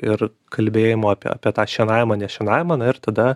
ir kalbėjimo apie apie tą šienavimą nešienavimą na ir tada